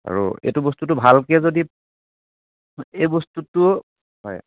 আৰু এইটো বস্তুটো ভালকৈ যদি এই বস্তুটো হয়